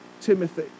Timothy